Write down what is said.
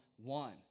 One